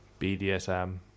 BDSM